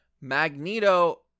Magneto